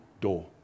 door